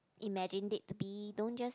imagined it to be don't just